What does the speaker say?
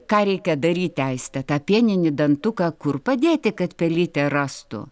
ką reikia daryti aiste tą pieninį dantuką kur padėti kad pelytė rastų